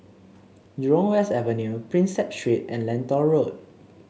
Jurong West Avenue Prinsep Street and Lentor Road